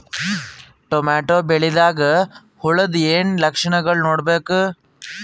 Tomato ಬೆಳಿದಾಗ್ ಹುಳದ ಏನ್ ಲಕ್ಷಣಗಳು ನೋಡ್ಬೇಕು?